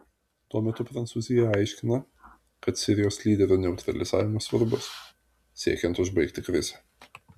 tuo metu prancūzija aiškina kad sirijos lyderio neutralizavimas svarbus siekiant užbaigti krizę